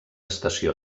estació